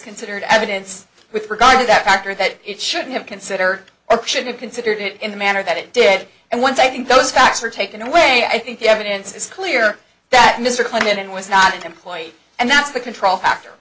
considered evidence with regard to that factor that it should have considered option to consider it in the manner that it did and once i think those facts are taken away i think the evidence is clear that mr clinton was not an employee and that's the control factor